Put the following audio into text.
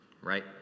right